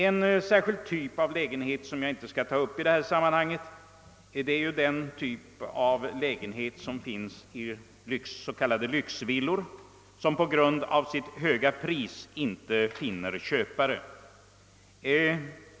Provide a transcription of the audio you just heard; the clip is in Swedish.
En särskild typ av bostäder som jag inte skall närmare beröra i detta sammanhang utgör de s.k. lyxvillorna, som på grund av sitt höga pris inte finner köpare.